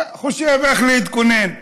חושב איך להתכונן.